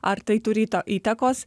ar tai turi įtakos